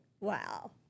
Wow